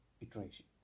iteration